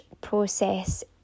process